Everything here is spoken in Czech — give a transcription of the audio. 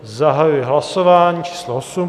Zahajuji hlasování číslo 8.